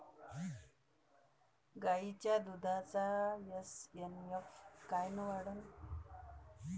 गायीच्या दुधाचा एस.एन.एफ कायनं वाढन?